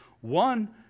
One